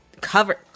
cover